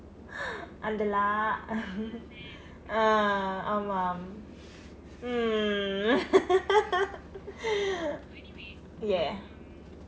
அந்த:andtha lah ah ஆமாம்:aamaam mm ya